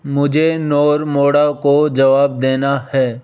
मुझे नोर मोडा को जवाब देना है